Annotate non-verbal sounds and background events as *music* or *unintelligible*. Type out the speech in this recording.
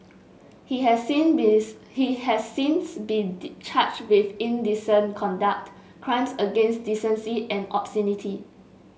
he has sin *unintelligible* he has since been charged with indecent conduct crimes against decency and obscenity